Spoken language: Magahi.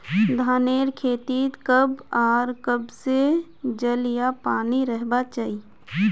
धानेर खेतीत कब आर कब से जल या पानी रहबा चही?